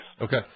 Okay